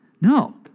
No